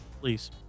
Please